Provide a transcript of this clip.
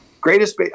Greatest